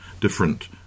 different